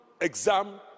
exam